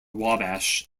wabash